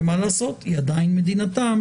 שהיא עדיין מדינתם